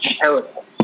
terrible